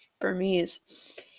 Burmese